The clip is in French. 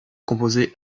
composée